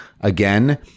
again